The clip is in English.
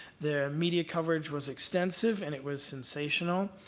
the media coverage was extensive, and it was sensational,